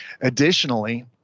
Additionally